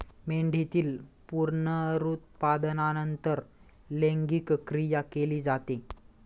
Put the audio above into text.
मेंढीतील पुनरुत्पादनानंतर लैंगिक क्रिया केली जाते